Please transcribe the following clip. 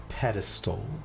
pedestal